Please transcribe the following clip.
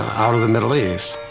out of the middle east.